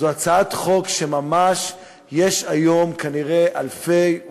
בזכות הצעת החוק כנראה אלפי אנשים היום,